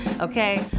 okay